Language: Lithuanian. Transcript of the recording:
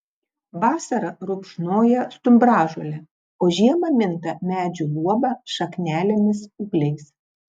vasarą rupšnoja stumbražolę o žiemą minta medžių luoba šaknelėmis ūgliais